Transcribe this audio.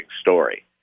story